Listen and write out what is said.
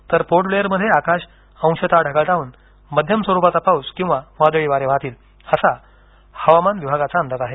तर पोर्ट ब्लेअरमध्ये आकाश अंशतः ढगाळ राहून मध्यम स्वरूपाचा पाऊस किंवा वादळी वारे वाहतील असा हवामान विभागाचा अंदाज आहे